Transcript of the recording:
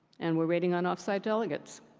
and we're waying on off site delegates.